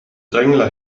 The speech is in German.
drängler